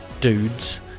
dudes